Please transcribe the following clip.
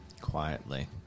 Quietly